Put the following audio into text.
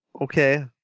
okay